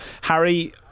Harry